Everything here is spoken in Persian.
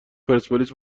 پرسپولیس